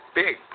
big